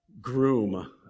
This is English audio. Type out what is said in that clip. groom